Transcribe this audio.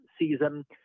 season